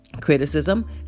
criticism